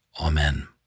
Amen